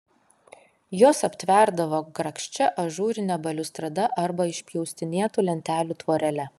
juos aptverdavo grakščia ažūrine baliustrada arba išpjaustinėtų lentelių tvorele